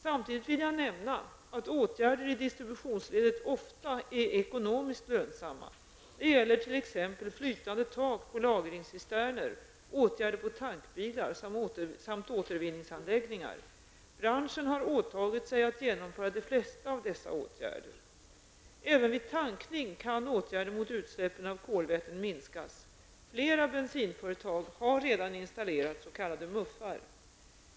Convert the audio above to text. Samtidigt vill jag nämna att åtgärder i distributionsledet ofta är ekonomiskt lönsamma. Det gäller t.ex. flytande tak på lagringscisterner, åtgärder på tankbilar samt återvinningsanläggningar. Branschen har åtagit sig att genomföra de flesta av dessa åtgärder. Även vid tankning kan åtgärder mot utsläppen av kolväten minskas. Flera bensinföretag har redan installerat s.k. muffar.